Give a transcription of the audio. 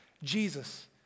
Jesus